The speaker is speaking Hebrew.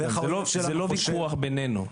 זה לא ויכוח בינינו.